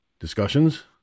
Discussions